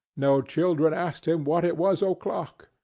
no children asked him what it was o'clock,